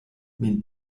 min